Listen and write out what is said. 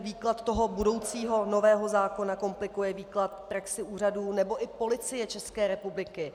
Výklad toho budoucího nového zákona komplikuje výklad v praxi úřadů nebo i Policie České republiky.